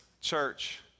church